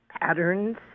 patterns